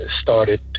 started